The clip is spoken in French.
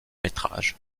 métrages